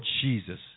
Jesus